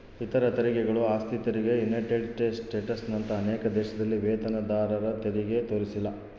ಇತರ ತೆರಿಗೆಗಳು ಆಸ್ತಿ ತೆರಿಗೆ ಯುನೈಟೆಡ್ ಸ್ಟೇಟ್ಸ್ನಂತ ಅನೇಕ ದೇಶಗಳಲ್ಲಿ ವೇತನದಾರರತೆರಿಗೆ ತೋರಿಸಿಲ್ಲ